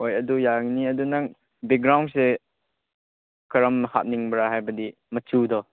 ꯍꯣꯏ ꯑꯗꯨ ꯌꯥꯒꯅꯤ ꯑꯗꯨ ꯅꯪ ꯕꯦꯛꯒ꯭ꯔꯥꯎꯟꯁꯦ ꯀꯔꯝ ꯍꯥꯞꯅꯤꯡꯕ꯭ꯔꯥ ꯍꯥꯏꯕꯗꯤ ꯃꯆꯨꯗꯣ